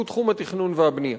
שהוא תחום התכנון והבנייה.